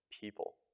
people